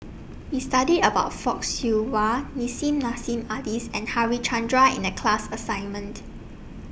We studied about Fock Siew Wah Nissim Nassim Adis and Harichandra in The class assignment